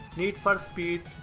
need for speed,